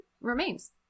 remains